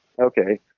Okay